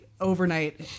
overnight